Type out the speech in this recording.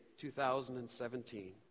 2017